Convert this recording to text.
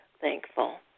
thankful